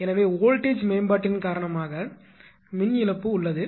எனவே வோல்டஜ் மேம்பாட்டின் காரணமாக மின் இழப்பு உள்ளது